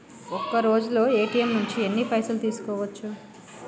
ఒక్కరోజులో ఏ.టి.ఎమ్ నుంచి ఎన్ని పైసలు తీసుకోవచ్చు?